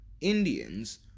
Indians